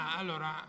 allora